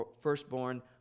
firstborn